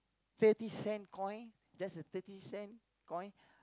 thirty cent coin just a thirty cent coin